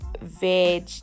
veg